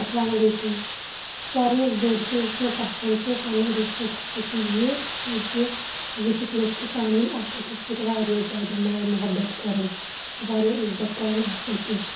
اسلام علیکُم ساروی مَنٛزٕ بوٚڈ چیٖز یُس مےٚ پَسَنٛد چھُ پَننہِ ڈسٹرکُک سُہ چھُ یہِ زِ ییٚتِکۍ لُکھ چھِ پانہٕ ؤنۍ اکھ أکِس سۭتۍ واریاہ زیادٕ ماے مُحبَت کَران واریاہ عِزَت کَران اکھ أکِس